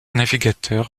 navigateur